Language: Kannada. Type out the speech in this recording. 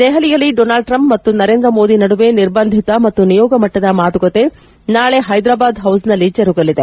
ದೆಪಲಿಯಲ್ಲಿ ಡೊನಾಲ್ಡ್ ಟ್ರಂಪ್ ಮತ್ತು ನರೇಂದ್ರ ಮೋದಿ ನಡುವೆ ನಿರ್ಬಂಧಿತ ಮತ್ತು ನಿಯೋಗ ಮಟ್ಟದ ಮಾತುಕತೆ ನಾಳೆ ಹೈದರಾಬಾದ್ ಹೌಸ್ ನಲ್ಲಿ ಜರುಗಲಿದೆ